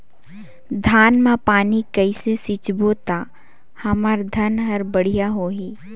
धान मा पानी कइसे सिंचबो ता हमर धन हर बढ़िया होही?